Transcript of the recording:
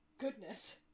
Goodness